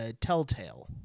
Telltale